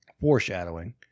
Foreshadowing